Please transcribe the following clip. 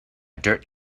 dirt